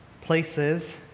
places